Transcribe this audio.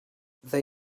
they